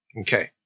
Okay